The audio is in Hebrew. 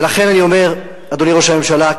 ולכן אני אומר, אדוני ראש הממשלה.